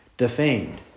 defamed